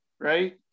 Right